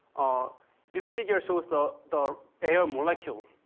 ah this figure shows the the air molecule.